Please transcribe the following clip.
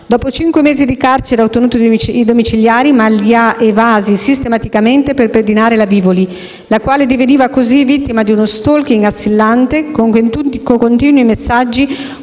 dopo 5 mesi di carcere, ha anzi ottenuto i domiciliari, ma li ha evasi regolarmente per pedinare la Vivoli, la quale diveniva così vittima di uno *stalking* assillante, con continui messaggi